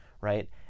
right